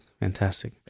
fantastic